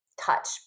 touch